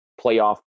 playoff